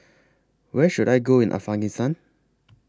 Where should I Go in Afghanistan